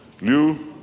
Liu